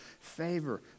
Favor